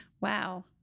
Wow